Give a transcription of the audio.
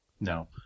No